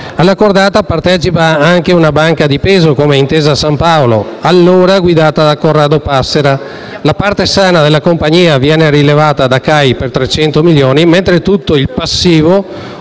Alla cordata partecipa anche una banca di peso come Intesa San Paolo, allora guidata da Corrado Passera. La parte sana della compagnia viene rilevata dalla CAI per 300 milioni mentre tutto il passivo,